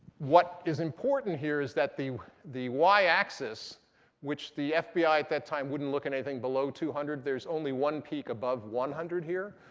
what is important here is that the the y-axis, which the fbi at that time wouldn't look at anything below two hundred, there's only one peak above one hundred here.